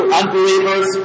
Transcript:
unbelievers